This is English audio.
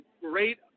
great